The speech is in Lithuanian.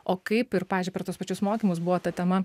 o kaip ir pavyzdžiui per tuos pačius mokymus buvo ta tema